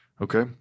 Okay